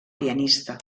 pianista